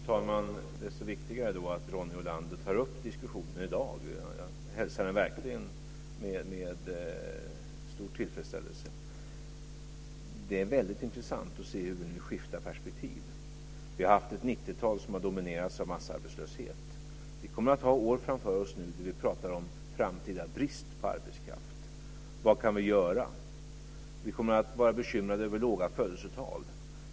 Fru talman! Då är det ju desto viktigare att Ronny Olander tar upp diskussionen i dag. Jag hälsar den verkligen med stor tillfredsställelse. Det är väldigt intressant att se hur vi nu skiftar perspektiv. Vi har haft ett 90-tal som dominerats av massarbetslöshet. Vi har nu år framför oss då vi kommer att prata om framtida brist på arbetskraft. Vad kan vi göra? Vi kommer att vara bekymrade över låga födelsetal.